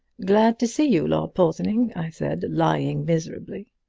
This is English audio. glad to see you, lord porthoning! i said, lying miserably.